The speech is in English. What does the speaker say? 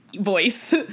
voice